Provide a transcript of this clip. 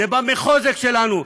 זה בא מחוזק שלנו.